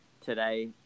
today